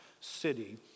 city